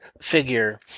figure